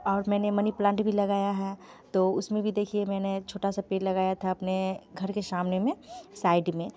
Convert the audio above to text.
और मैंने money plant भी लगाया है तो उस में भी देखिए मैंने छोटा सा पेड़ लगाया था अपने घर के सामने में साइड में